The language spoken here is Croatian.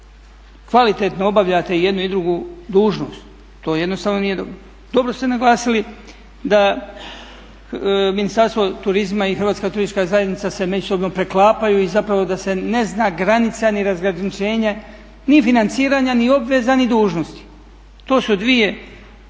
Kvalitetno obavljate jednu i drugu dužnost. To jednostavno nije dobro. Dobro ste naglasili da Ministarstvo turizma i Hrvatska turistička zajednica se međusobno preklapaju i zapravo da se ne zna granica ni razgraničenje ni financiranja, ni obveza ni dužnosti. To su dvije